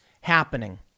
happening